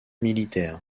militaires